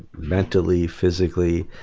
mentally. physically,